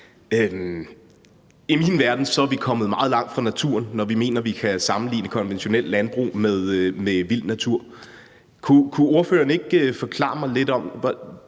I min verden er vi kommet meget langt fra naturen, når vi mener, at vi kan sammenligne konventionelt landbrug med vild natur. Kunne ordføreren ikke forklare mig lidt, om